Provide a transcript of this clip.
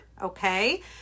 okay